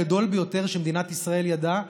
הגדול ביותר שמדינת ישראל ידעה,